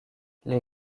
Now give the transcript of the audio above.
les